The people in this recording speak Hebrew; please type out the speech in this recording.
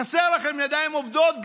חסרות לכם ידיים עובדות.